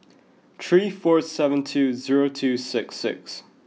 three four seven two zero two six six